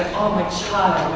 oh, my child,